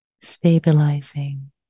stabilizing